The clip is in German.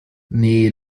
nee